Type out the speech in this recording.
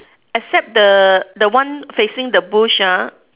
except the the one facing the bush ah